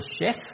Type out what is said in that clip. chef